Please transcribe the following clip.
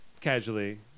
casually